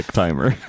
timer